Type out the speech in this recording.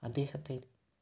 അദ്ദേഹത്തെ